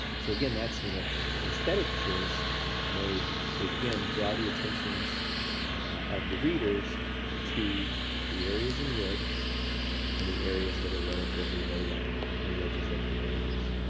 so, again, that's an aesthetic choice made to again draw the attentions of the readers to the areas in red and the areas that are relatively low-lying on and the edges of the ranges.